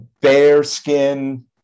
Bearskin